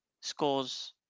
scores